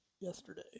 yesterday